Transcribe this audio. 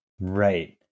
Right